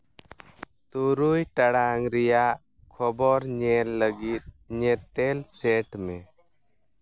ᱛᱩᱨᱩᱭ ᱴᱟᱲᱟᱝ ᱨᱮᱭᱟᱜ ᱠᱷᱚᱵᱚᱨ ᱧᱮᱞ ᱞᱟᱹᱜᱤᱫ ᱧᱮᱛᱮᱞ ᱥᱮᱴ ᱢᱮ